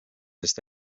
sest